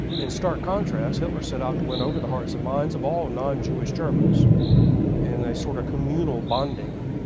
in stark contrast, hitler set out to win over the heart and minds of all non-jewish germans in a sort of communal bonding,